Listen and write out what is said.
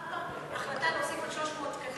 רק החלטה להוסיף עוד 300 תקנים.